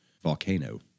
Volcano